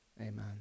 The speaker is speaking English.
Amen